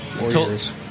Warriors